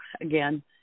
again